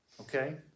okay